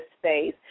space